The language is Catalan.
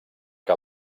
que